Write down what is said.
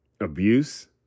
abuse